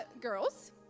girls